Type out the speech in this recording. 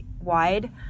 wide